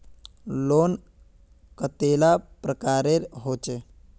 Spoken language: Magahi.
लोन कतेला प्रकारेर होचे?